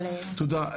תודה.